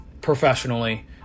professionally